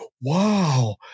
wow